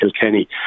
Kilkenny